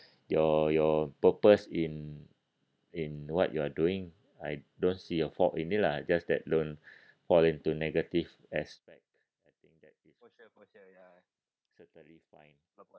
your your purpose in in what you are doing I don't see a fault in it lah just that don't fall into negative aspect I think that is certainly fine